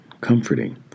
comforting